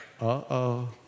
uh-oh